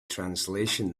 translation